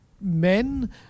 men